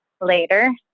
later